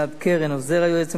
עוזר היועץ המשפטי,